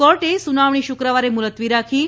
કોર્ટે સુનાવણી શુક્રવારે મુલતવી રાખી હતી